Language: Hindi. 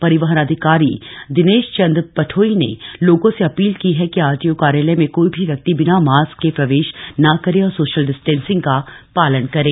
परिवहन अधिकारी दिनेश चंद पठोई ने लोगों से अपील की ह कि आरटीओ कार्यालय में कोई भी व्यक्ति बिना मास्क के प्रवेश न करे और सोशल डिस्टेंसिंग का पालन करे